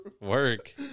Work